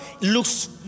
looks